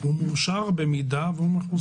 הוא מאושר במידה והוא מחוסן.